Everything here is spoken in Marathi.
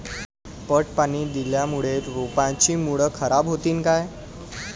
पट पाणी दिल्यामूळे रोपाची मुळ खराब होतीन काय?